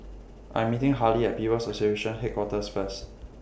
I'm meeting Harlie At People's Association Headquarters First